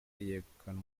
yegukana